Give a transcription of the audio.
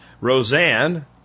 Roseanne